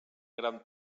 gran